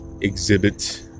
Exhibit